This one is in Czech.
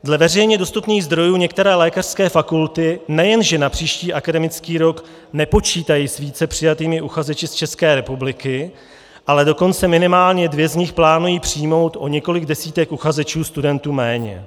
Dle veřejně dostupných zdrojů některé lékařské fakulty nejen že na příští akademický rok nepočítají s více přijatými uchazeči z České republiky, ale dokonce minimálně dvě z nich plánují přijmout o několik desítek uchazečů studentů méně.